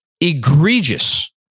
Egregious